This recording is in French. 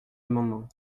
amendement